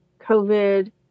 COVID